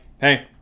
Hey